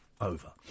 over